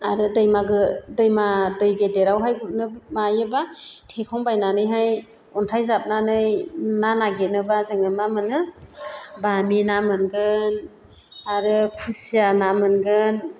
आरो दैमा दैमा दै गेदेरावहाय गुरनो माबायोब्ला थेखंबायनानैहाय अन्थाइ जाबनानै ना नागिरनोब्ला जोङो मा मोनो बामि ना मोनगोन आरो खुसिया ना मोनगोन